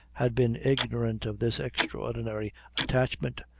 had been ignorant of this extraordinary attachment,